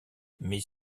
mais